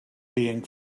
being